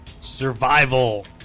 Survival